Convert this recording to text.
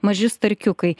maži starkiukai